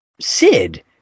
Sid